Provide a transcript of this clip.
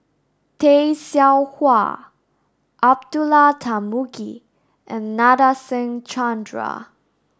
Tay Seow Huah Abdullah Tarmugi and Nadasen Chandra